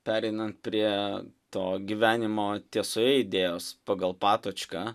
pereinant prie to gyvenimo tiesoje idėjos pagal patočką